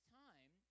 time